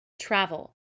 TRAVEL